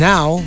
Now